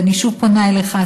ואני שוב פונה אליך,